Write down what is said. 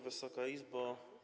Wysoka Izbo!